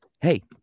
Hey